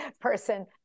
person